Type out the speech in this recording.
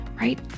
right